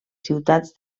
ciutats